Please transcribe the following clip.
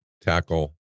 Tackle